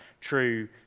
true